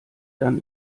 dann